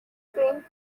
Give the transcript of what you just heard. drained